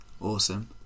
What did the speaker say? awesome